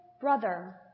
brother